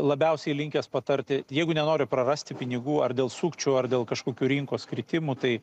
labiausiai linkęs patarti jeigu nenoriu prarasti pinigų ar dėl sukčių ar dėl kažkokių rinkos kritimų tai